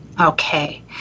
Okay